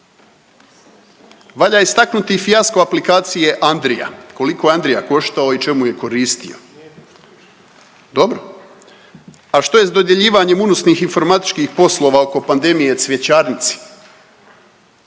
Valja istaknuti fijasko aplikacije Andrija, koliko je Andrija koštao i čemu je koristio? …/Upadica se ne razumije./… Dobro, a što je s dodjeljivanjem unosnih informatičkih poslova oko pandemije cvjećarnici?